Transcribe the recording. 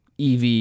EV